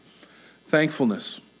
thankfulness